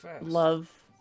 love